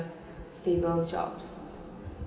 stable jobs